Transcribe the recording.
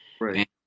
right